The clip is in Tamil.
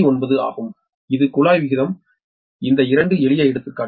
90 ஆகும் இது குழாய் விகிதம் இந்த 2 எளிய எடுத்துக்காட்டு